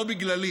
לא בגללי